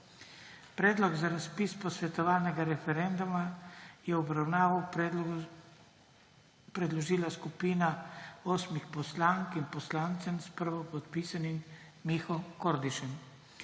Predlog za razpis posvetovalnega referenduma je v obravnavo predložila skupina osmih poslank in poslancev s prvopodpisanim Miho Kordišem.